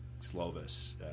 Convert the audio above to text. Slovis